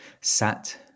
Sat